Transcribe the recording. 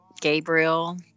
Gabriel